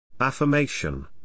Affirmation